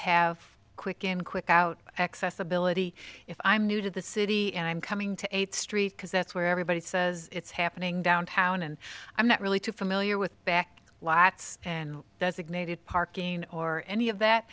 have a quick and quick out accessibility if i'm new to the city and i'm coming to eighth street because that's where everybody says it's happening downtown and i'm not really too familiar with back lots and designated parking or any of that